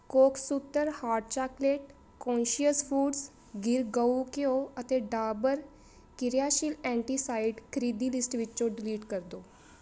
Coke ਸੂਤਰ hot chocolate conscious foods Gir ਗਊ ਘਿਓ ਅਤੇ ਡਾਬਰ ਕਿਰਿਆਸ਼ੀਲ ਐਂਟੀਸਾਈਡ ਖਰੀਦੀ ਲਿਸਟ ਵਿੱਚੋਂ ਡਿਲੀਟ ਕਰ ਦਿਓ